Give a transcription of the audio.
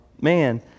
man